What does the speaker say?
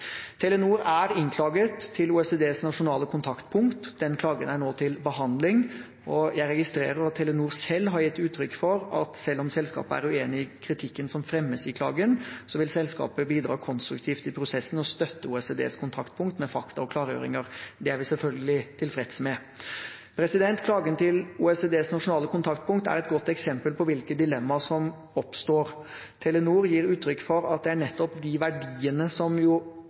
Telenor er innklaget til OECDs nasjonale kontaktpunkt. Den klagen er nå til behandling, og jeg registrerer at Telenor selv har gitt uttrykk for at selv om selskapet er uenig i kritikken som fremmes i klagen, vil selskapet bidra konstruktivt i prosessen og støtte OECDs kontaktpunkt med fakta og klargjøringer. Det er vi selvfølgelig tilfreds med. Klagen til OECDs nasjonale kontaktpunkt er et godt eksempel på hvilke dilemmaer som oppstår. Telenor gir uttrykk for at det er nettopp de verdiene som